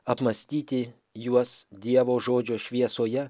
apmąstyti juos dievo žodžio šviesoje